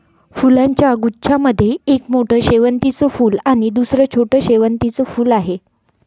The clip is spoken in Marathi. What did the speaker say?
फुलांच्या गुच्छा मध्ये एक मोठं शेवंतीचं फूल आणि दुसर छोटं शेवंतीचं फुल आहे